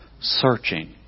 searching